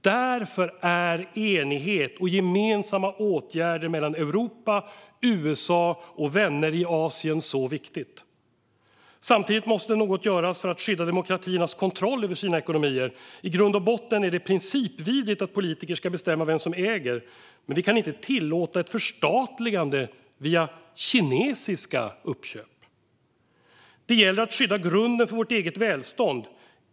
Därför är enighet och gemensamma åtgärder mellan Europa, USA och vänner i Asien viktigt. Samtidigt måste något göras för att skydda demokratiernas kontroll över sina ekonomier. I grund och botten är det principvidrigt att politiker ska bestämma vem som äger, men vi kan inte tillåta ett förstatligande via kinesiska uppköp. Det gäller att skydda grunden för vårt eget välstånd.